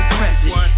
present